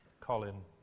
Colin